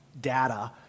data